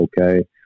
Okay